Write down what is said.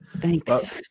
Thanks